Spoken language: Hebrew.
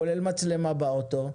כולל מצלמה באוטו,